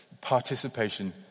Participation